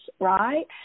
right